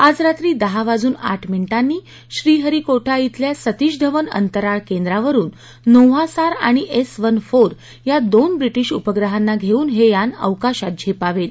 आज रात्री दहा वाजून आठ मिनिटांनी श्रीहरीकोटा इथल्या सतीश धवन अंतराळ केंद्रावरून नोव्हा सार आणि एस वन फोर या दोन ब्रिटीश उपग्रहांना घेऊन हे यान अवकाशात झेपावेल